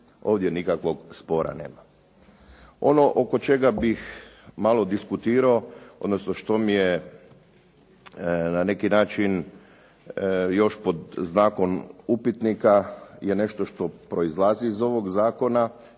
Ovdje nikakvog spora nema. Ono oko čega bih malo diskutirao, odnosno što mi je na neki način još pod znakom upitnika je nešto što proizlazi iz ovog zakona